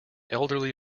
elderly